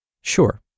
Sure